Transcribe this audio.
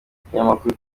n’ikinyamakuru